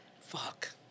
Fuck